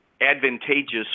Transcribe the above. advantageous